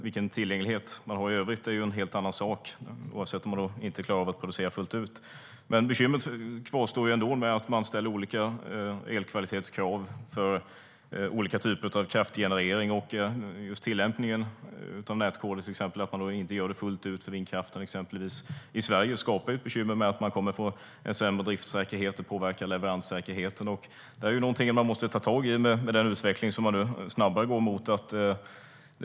Vilken tillgänglighet som finns i övrigt är en helt annan sak, oavsett om man klarar av att producera fullt ut eller inte. Bekymret kvarstår med att det ställs olika elkvalitetskrav på olika typer av kraftgenerering. Just tillämpningen av nätkoder, att de i Sverige inte tillämpas fullt ut för vindkraften, skapar bekymmer genom att det blir sämre driftssäkerhet och leveranssäkerhet. Det måste man ta tag i med tanke på den allt snabbare utveckling som sker.